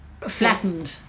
flattened